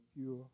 pure